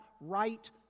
right